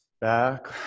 Back